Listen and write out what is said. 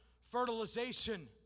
fertilization